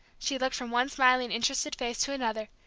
she looked from one smiling, interested face to another,